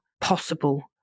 possible